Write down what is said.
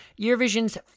Eurovision's